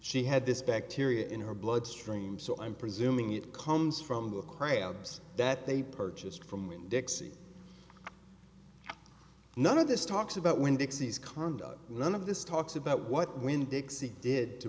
she had this bacteria in her bloodstream so i'm presuming it comes from the crowds that they purchased from when dixie none of this talks about when dixie's conduct none of this talks about what when dixie did to